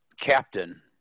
captain